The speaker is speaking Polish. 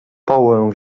połę